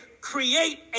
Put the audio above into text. create